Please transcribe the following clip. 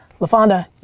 LaFonda